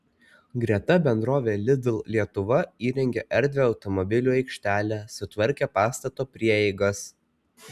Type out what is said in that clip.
greta bendrovė lidl lietuva įrengė erdvią automobilių aikštelę sutvarkė pastato prieigas